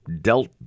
dealt